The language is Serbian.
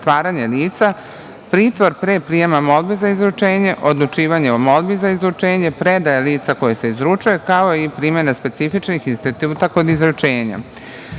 pritvaranje lica, pritvor pre prijema molbe za izručenje, odlučivanje o molbi za izručenje, predaja lica koje se izručuje, kao i primena specifičnih instituta kod izručenja. Takođe,